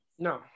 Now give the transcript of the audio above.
No